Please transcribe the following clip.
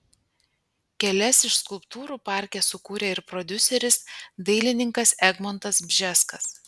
kelias iš skulptūrų parke sukūrė ir prodiuseris dailininkas egmontas bžeskas